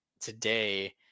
today